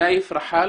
נאיף רחאל,